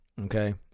okay